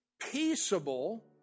peaceable